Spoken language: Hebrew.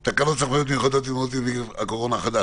את תקנות סמכויות מיוחדות להתמודדות עם נגיף הקורונה החדש